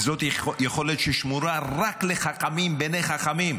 וזאת יכולת ששמורה רק לחכמים בני חכמים.